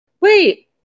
wait